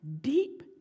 deep